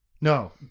No